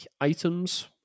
items